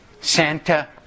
Santa